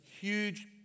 huge